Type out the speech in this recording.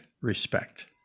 respect